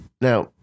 now